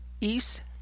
East